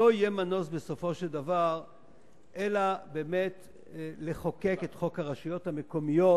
לא יהיה מנוס בסופו של דבר אלא לחוקק את חוק הרשויות המקומיות,